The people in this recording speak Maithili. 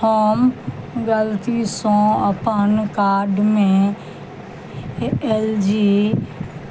हम गलतीसँ अपन कार्डमे एल जी